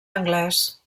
anglès